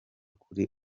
kuri